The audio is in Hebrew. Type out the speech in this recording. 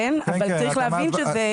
אבל צריך להבין את זה.